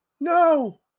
No